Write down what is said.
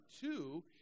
two